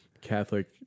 Catholic